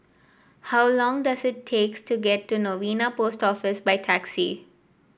how long does it takes to get to Novena Post Office by taxi